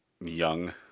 young